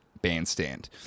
Bandstand